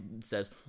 says